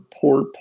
poor